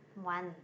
one